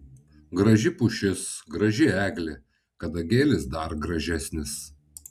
graži pušis graži eglė kadagėlis dar gražesnis